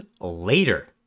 later